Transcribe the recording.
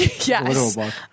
Yes